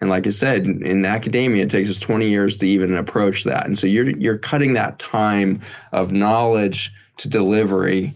and like i said, in academia, it takes us twenty years to even and approach that. and so you're you're cutting that time of knowledge to delivery